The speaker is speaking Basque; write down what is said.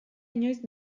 inoiz